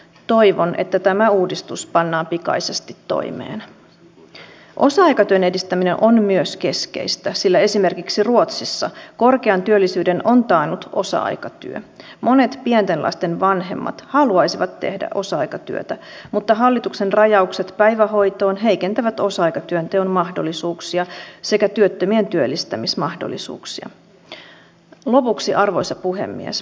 toivon että tämä uudistus pannaan en syytä tästä edellistä hallitusta tässä ei kannata lähteä vertailemaan mutta totean sen että jos me pystyisimme tähän kehittämään nyt nousujohteisen rahoituksen että pääsisimme likikään sitä tasoa mitä meiltä kansainvälisesti velvoitetaan uskon kaikkien puolueiden yhtyvän tähän huoleen niin olemme oikealla uralla